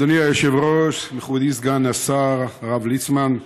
אדוני היושב-ראש, מכובדי סגן השר הרב ליצמן,